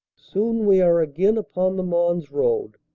soon we are again upon the mons road,